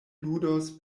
ludos